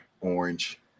Orange